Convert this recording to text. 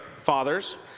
fathers